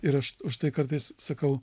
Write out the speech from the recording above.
ir aš už tai kartais sakau